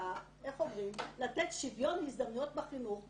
ולתת שוויון הזדמנויות בחינוך,